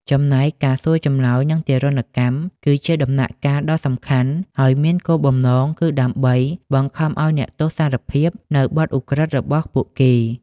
ចំណែកការសួរចម្លើយ និងទារុណកម្ម គឺជាដំណាក់កាលដ៏សំខាន់ ហើយមានគោលបំណងគឺដើម្បីបង្ខំឱ្យអ្នកទោស "សារភាព" នូវបទឧក្រិដ្ឋរបស់ពួកគេ។